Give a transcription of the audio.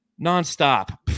nonstop